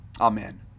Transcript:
Amen